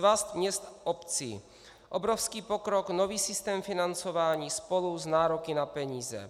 Svaz měst a obcí: Obrovský pokrok, nový systém financování spolu s nároky na peníze.